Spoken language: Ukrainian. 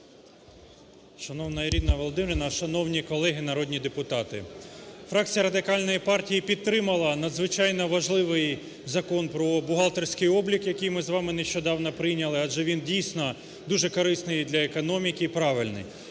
Шановна Ірина Володимирівна! Шановні колеги народні депутати! Фракція Радикальної партії підтримала надзвичайно важливий Закон про бухгалтерський облік, який ми з вами нещодавно прийняли, адже він, дійсно, дуже корисний для економіки і правильний.